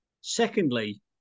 secondly